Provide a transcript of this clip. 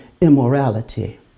immorality